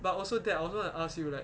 but also that I also want to ask you like